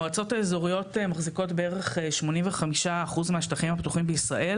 המועצות האזוריות מחזיקות בערך 85% מהשטחים הפתוחים בישראל